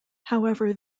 however